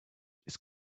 it’s